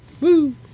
Woo